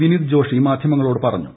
വിനീത് ജോഷി മാധ്യമങ്ങളോട് പറഞ്ഞു